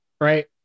right